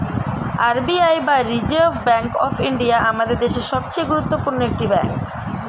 R B I বা reserve bank of India আমাদের দেশের সবচেয়ে গুরুত্বপূর্ণ একটি ব্যাঙ্ক